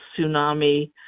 tsunami